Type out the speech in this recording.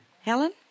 Helen